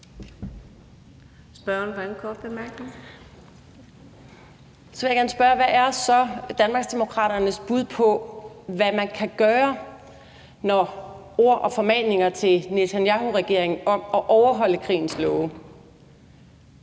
Hvad er så Danmarksdemokraternes bud på, hvad man kan gøre, når ord og formaninger til Netanyahuregeringen om at overholde krigens love